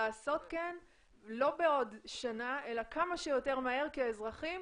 לעשות כן לא בעוד שנה אלא כמה שיותר מהר כי האזרחים